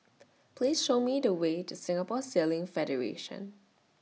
Please Show Me The Way to Singapore Sailing Federation